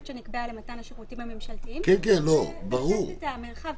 שנקבעה למתן השירותים הממשלתיים ולתת את המרחב.